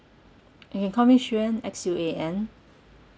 you can call me xuan X U A N